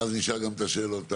ואז נשאל גם את השאלות האחרות.